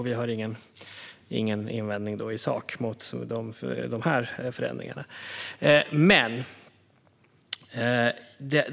Vi har inga invändningar i sak mot de här förändringarna.